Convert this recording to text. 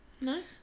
nice